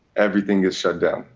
everything is shut down.